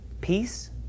peace